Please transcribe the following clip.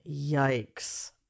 Yikes